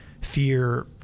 Fear